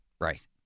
Right